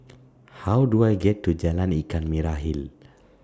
How Do I get to Jalan Ikan Merah Hill